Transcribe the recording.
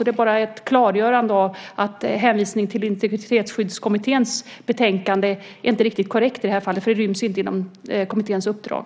Jag vill alltså klargöra att det inte är riktigt korrekt att i det här sammanhanget hänvisa till Integritetsskyddskommittén, för detta ryms inte inom den kommitténs uppdrag.